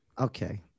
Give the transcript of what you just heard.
Okay